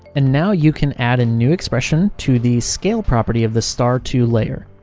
and now you can add a new expression to the scale property of the star two layer.